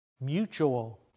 Mutual